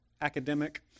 academic